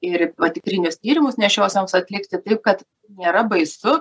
ir tikrinius tyrimus nėščiosioms atlikti taip kad nėra baisu